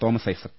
Thomas Isaac